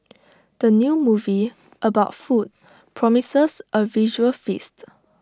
the new movie about food promises A visual feast